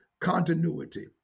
continuity